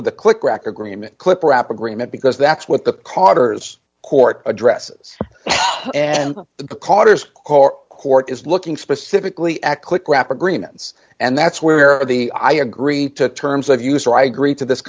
with a click track agreement clipper app agreement because that's what the carters court addresses and the carters court court is looking specifically at click wrap agreements and that's where the i agree to terms of use right agreed to this